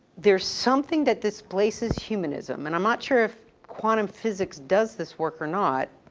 there's something that displaces humanism, and i'm not sure if quantum physics does this work or not.